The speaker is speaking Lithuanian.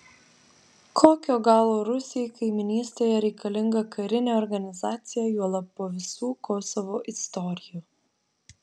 kokio galo rusijai kaimynystėje reikalinga karinė organizacija juolab po visų kosovo istorijų